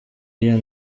iyo